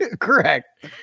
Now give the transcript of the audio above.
Correct